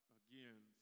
again